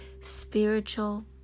spiritual